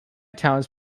towns